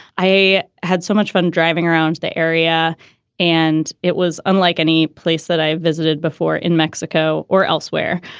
i had so much fun driving around the area and it was unlike any place that i've visited before in mexico or elsewhere.